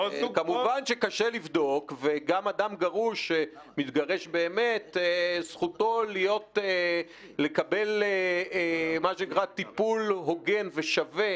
כמובן שקשה לבדוק וגם אדם גרוש מתגרש באמת זכותו לקבל טיפול הוגן ושווה,